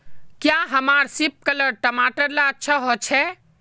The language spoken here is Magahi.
क्याँ हमार सिपकलर टमाटर ला अच्छा होछै?